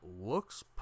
looks